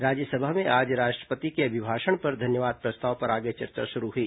राज्यसभा में आज राष्ट्रपति के अभिभाषण पर धन्यवाद प्रस्ताव पर आगे चर्चा शुरू हुई